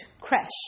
crash